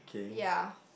ya